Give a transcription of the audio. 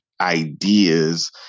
ideas